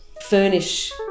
furnish